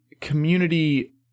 community